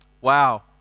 Wow